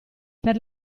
per